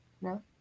No